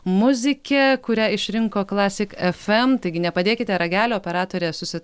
muzike kurią išrinko classic fm taigi nepadėkite ragelio operatorė susi